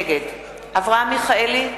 נגד אברהם מיכאלי,